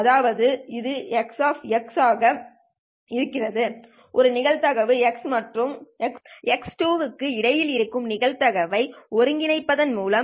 அதாவது இது f ஆக இருக்கும் ஒரு நிகழ்வு x1 மற்றும் x2 க்கு இடையில் இருக்கும் நிகழ்தகவை ஒருங்கிணைப்பதன் மூலம்